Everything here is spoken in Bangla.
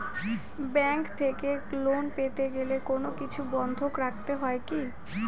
ব্যাংক থেকে লোন পেতে গেলে কোনো কিছু বন্ধক রাখতে হয় কি?